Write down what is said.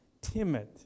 timid